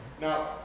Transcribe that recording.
Now